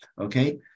okay